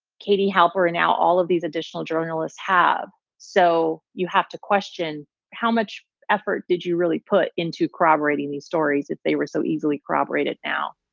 katie halperin, now all of these additional journalists have. so you have to question how much effort did you really put into corroborating these stories if they were so easily corroborated now?